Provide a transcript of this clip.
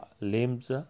limbs